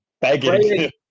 begging